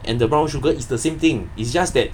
and the brown sugar is the same thing it's just that